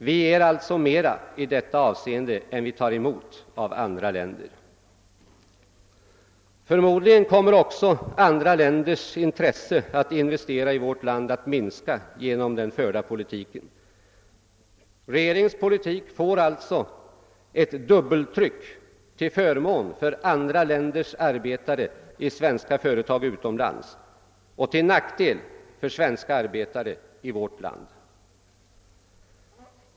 Vi ger således mer i detta avseende än vi tar emot av andra länder. Förmodligen kommer också andra länders intresse att investera i vårt land att minska genom den förda politiken. Regeringens politik får alltså ett dubbeltryck till förmån för andra länders arbetare i svenska företag utomlands och till nackdel för svenska arbetare i vårt land.